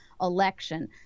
election